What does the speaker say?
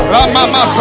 Ramama